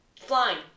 Flying